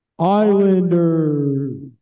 Islanders